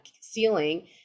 ceiling